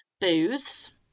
booths